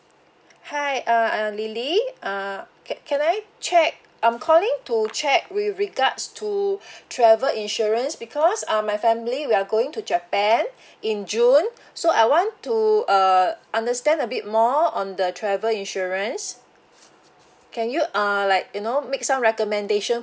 hi uh uh lily uh can can I check I'm calling to check with regards to travel insurance because uh my family we are going to japan in june so I want to uh understand a bit more on the travel insurance can you uh like you know make some recommendation